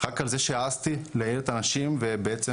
רק על כך שאני העזתי להעיר לאנשים ובעצם